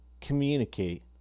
communicate